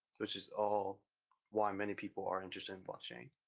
which is all why many people are interested in blockchain.